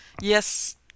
Yes